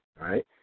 right